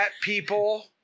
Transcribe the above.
people